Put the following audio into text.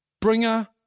bringer